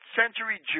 century